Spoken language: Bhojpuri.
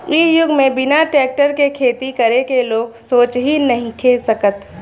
इ युग में बिना टेक्टर के खेती करे के लोग सोच ही नइखे सकत